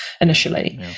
Initially